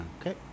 Okay